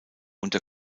unter